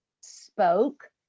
spoke